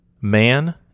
Man